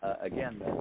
again